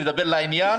ולדבר לעניין,